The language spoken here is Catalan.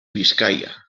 biscaia